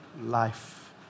life